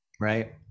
Right